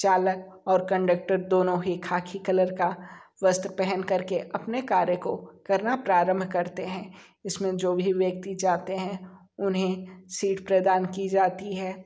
चालक और कंडक्टर दोनों ही ख़ाकी कलर का वस्त्र पहनकर के अपने कार्य को करना प्रारम्भ करते हैं इसमें जो भी व्यक्ति जाते हैं उन्हें सीट प्रदान की जाती है